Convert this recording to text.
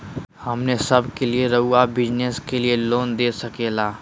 हमने सब के लिए रहुआ बिजनेस के लिए लोन दे सके ला?